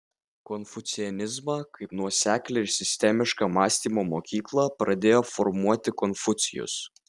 konfucianizmą kaip nuoseklią ir sistemišką mąstymo mokyklą pradėjo formuoti konfucijus